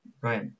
right